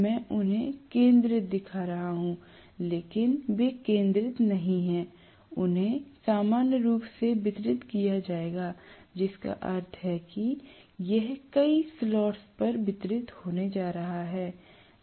मैं उन्हें केंद्रित दिखा रहा हूं लेकिन वे केंद्रित नहीं हैं उन्हें सामान्य रूप से वितरित किया जाएगा जिसका अर्थ है कि यह कई स्लॉट्स पर वितरित होने जा रहा है